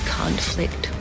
conflict